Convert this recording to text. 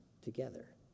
together